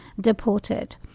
deported